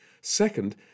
Second